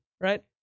right